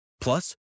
Plus